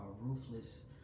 ruthless